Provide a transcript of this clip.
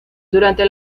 durante